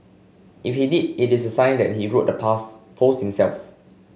if he did it is sign that he wrote the pass post himself